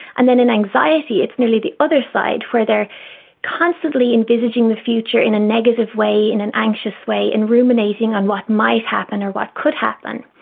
and then in anxiety it's nearly the other side where they are constantly envisaging the future in a negative way, in an anxious way and ruminating on what might happen or what could happen.